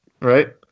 right